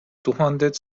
tuhanded